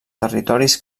territoris